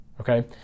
Okay